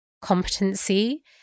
competency